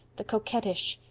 the coquettish!